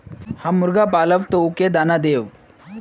हम मुर्गा पालव तो उ के दाना देव?